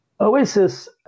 Oasis